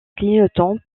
clignotants